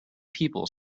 people